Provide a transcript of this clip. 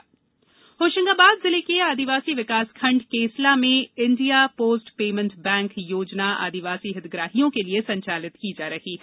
post payment bank योजना होशंगाबाद जिले के आदिवासी विकासखंड केसला में इंडिया पोस्ट पेमेंट बैंक योजना आदिवासी हितग्राहियों के लिए संचालित की जा रही है